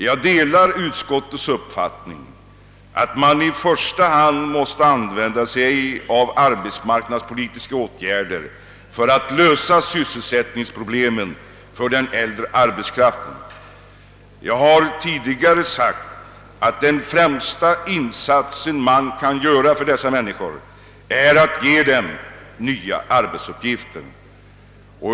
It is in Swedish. Jag delar utskottets uppfattning att man i första hand måste använda arbetsmarknadspolitiska åtgärder för att lösa sysselsättningsproblemen för den äldre arbetskraften. Jag har tidigare sagt att den främsta insats man kan göra för dessa människor är att ge dem nya arbetsuppgifter.